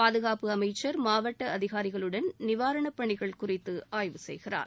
பாதுகாப்பு அமைச்சர் மாவட்ட அதிகாரிகளுடன் நிவாரணப் பணிகள் குறித்து ஆய்வு செய்கிறார்